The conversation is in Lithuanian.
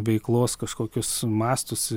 veiklos kažkokius mastus